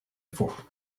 fork